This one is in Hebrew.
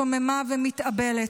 שוממה ומתאבלת?